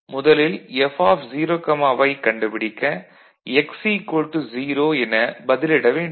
முதலில் F0y கண்டுபிடிக்க x 0 எனப் பதிலிட வேண்டும்